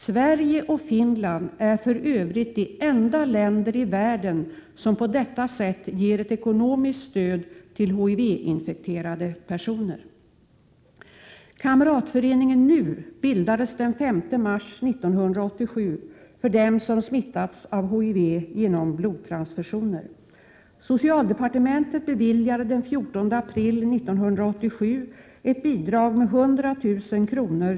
Sverige och Finland är för övrigt de enda länder i världen som på detta sätt ger ett ekonomiskt stöd till HIV-infekterade personer. HIV genom blodtransfusioner. Socialdepartementet beviljade den 14 april 1987 ett bidrag med 100 000 kr.